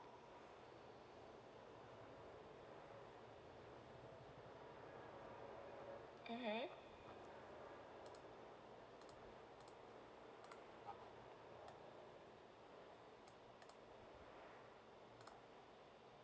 mmhmm